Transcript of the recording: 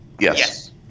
Yes